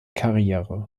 karriere